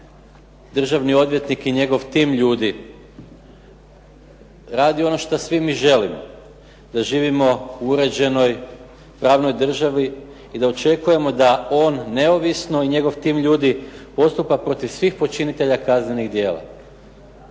državni odvjetnik i njegov tim ljudi radi ono što svi mi želimo? Da živimo u uređenoj, pravnoj državi i da očekujemo da on neovisno i njegov tim ljudi, postupa protiv svih počinitelja kaznenih djela.